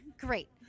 great